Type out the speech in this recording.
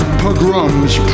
pogrom's